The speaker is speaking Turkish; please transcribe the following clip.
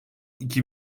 iki